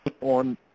on